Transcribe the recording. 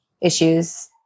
issues